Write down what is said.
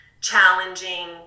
challenging